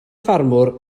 ffermwr